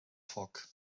foc